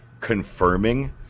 confirming